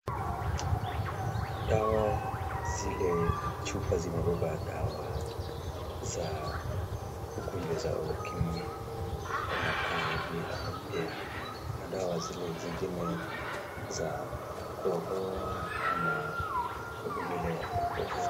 Zile chupa zimebeba dawa za ugonjwa za Ukimwi zinakaa hivi ama pia ni madawa zile zingine za kukohoa ama mawele ya kukohoa.